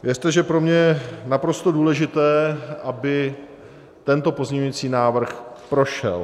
Věřte, že pro mě je naprosto důležité, aby tento pozměňující návrh prošel.